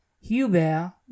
hubert